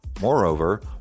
Moreover